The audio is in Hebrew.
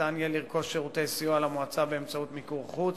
ניתן יהיה לרכוש שירותי סיוע למועצה באמצעות מיקור חוץ,